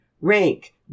rank